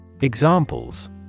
Examples